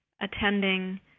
attending